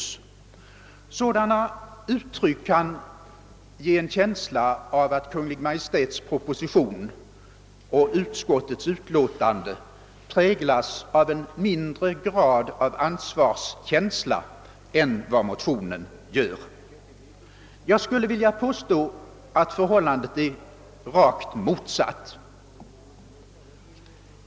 Sådana uttryck kan ge en känsla av att Kungl. Maj:ts proposition och utskottsutlåtandet präglas av en mindre grad av ansvarskänsla än vad motionen gör. Jag skulle vilja påstå att förhållandet är det rakt motsatta.